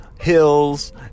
hills